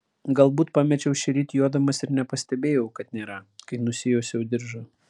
galbūt pamečiau šįryt jodamas ir nepastebėjau kad nėra kai nusijuosiau diržą